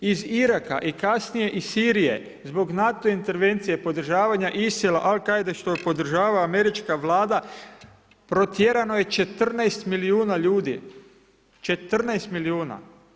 Iz Iraka i kasnije iz Sirije, zbog NATO intervencije, podržavanja ISIL, Al-Kaide što podržava američka Vlada, protjerano je 14 milijuna ljudi, 14 milijuna.